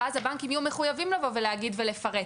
ואז הבנקים יהיו מחויבים לבוא להגיד ולפרט.